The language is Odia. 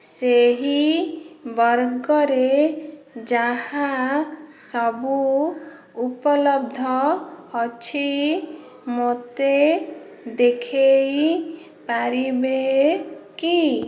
ସେହି ବର୍ଗରେ ଯାହା ସବୁ ଉପଲବ୍ଧ ଅଛି ମୋତେ ଦେଖାଇପାରିବେ କି